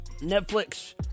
Netflix